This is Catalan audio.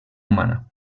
humana